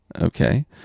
Okay